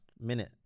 minute